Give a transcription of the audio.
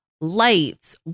lights